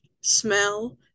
smell